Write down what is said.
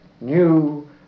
new